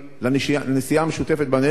לנשיאה המשותפת בנטל.